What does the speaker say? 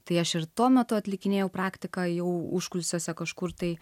tai aš ir tuo metu atlikinėjau praktiką jau užkulisiuose kažkur tai